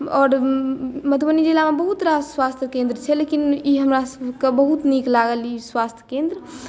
आओर मधुबनी जिलामे बहुत रास स्वास्थ्य केन्द्र छै लेकिन ई हमरासभके बहुत नीक लागल ई स्वास्थ्य केन्द्र